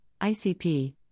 ICP